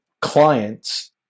clients